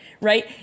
Right